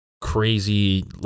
crazy